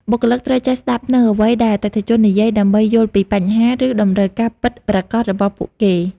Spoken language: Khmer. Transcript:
បុគ្គលិកត្រូវចេះស្ដាប់នូវអ្វីដែលអតិថិជននិយាយដើម្បីយល់ពីបញ្ហា ឬតម្រូវការពិតប្រាកដរបស់ពួកគេ។